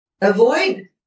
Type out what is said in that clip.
avoid